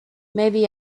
maybe